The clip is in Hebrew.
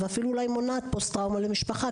ואפילו אולי מונעת פוסט טראומה למשפחה.